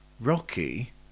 Rocky